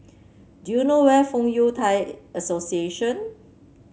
do you know where is Fong Yun Thai Association